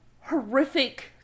horrific